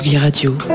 Radio